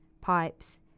pipes